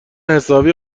حسابی